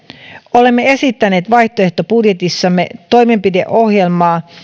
olemme esittäneet vaihtoehtobudjetissamme toimenpideohjelmaa